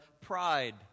pride